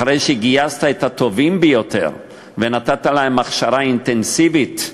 אחרי שגייסת את הטובים ביותר ונתת להם הכשרה אינטנסיבית,